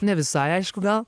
ne visai aišku gal